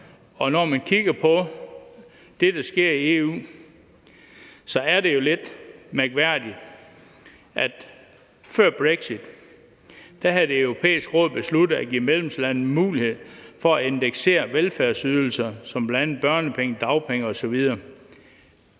af. Når man kigger på det, der sker i EU, er det jo lidt mærkværdigt, at Det Europæiske Råd før brexit havde besluttet at give medlemslandene mulighed for at indeksere velfærdsydelser som bl.a. børnepenge, dagpenge osv.